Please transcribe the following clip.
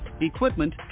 equipment